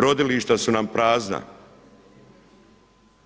Rodilišta su nam prazna,